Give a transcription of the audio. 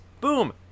boom